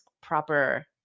proper